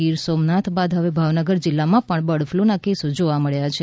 ગીર સોમનાથ બાદ હવે ભાવનગર જીલ્લામાં પણ બર્ડ ફ્લૂના કેસો જોવા મળ્યા છે